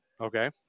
Okay